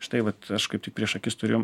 štai vat aš kaip tik prieš akis turiu